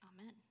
Amen